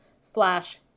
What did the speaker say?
slash